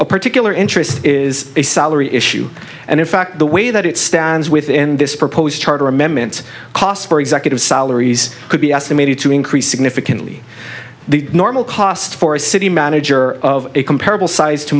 a particular interest is a salary issue and in fact the way that it stands within this proposed charter amendment cosper executive salaries could be estimated to increase significantly the normal cost for a city manager of a comparable size to